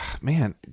man